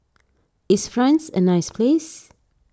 is France a nice place